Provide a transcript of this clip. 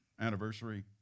anniversary